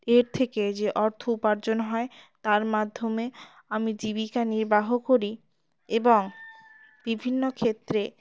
এর থেকে যে অর্থ উপার্জন হয় তার মাধ্যমে আমি জীবিকা নির্বাহ করি এবং বিভিন্ন ক্ষেত্রে